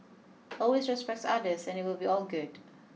always respect others and it will be all good